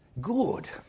good